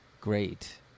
great